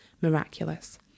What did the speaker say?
miraculous